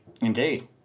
Indeed